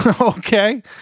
Okay